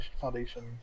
Foundation